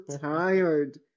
tired